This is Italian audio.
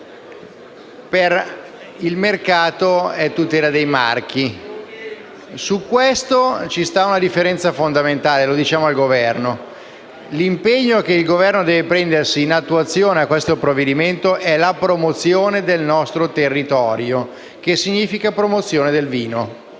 per il mercato, è tutela dei marchi. Su questo esiste una differenza fondamentale e lo diciamo al Governo. L'impegno che il Governo deve assumere in attuazione di questo provvedimento è la promozione del nostro territorio, che significa promozione del vino.